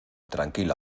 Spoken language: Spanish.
tranquila